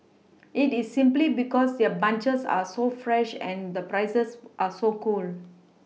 it is simply because their bunches are so fresh and the prices are so cool